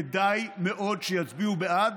כדאי מאוד שיצביעו בעדו,